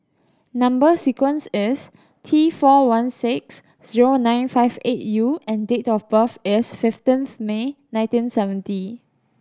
number sequence is T four one six zero nine five eight U and date of birth is fifteenth May nineteen seventy